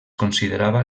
considerava